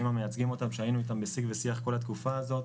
שמייצגים אותם שהיינו אתם בשיג ושיח כל התקופה הזאת,